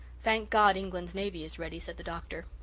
thank god, england's navy is ready, said the doctor.